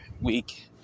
week